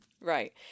Right